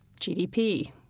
GDP